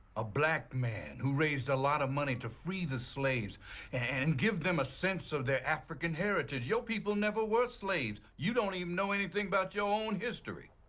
a black man who raised a lot of money to free the slaves and and give them a sense of their african heritage. your people never were slaves. you don't even know anything about your own history.